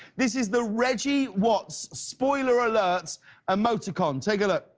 this is the regie watts spoiler alert emoticon. take a look.